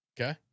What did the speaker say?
Okay